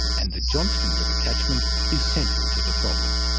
and the johnstone river catchment is central to the problem.